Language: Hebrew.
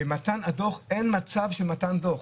ומתן הדוח, אין מצב של מתן דוח.